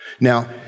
Now